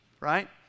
Right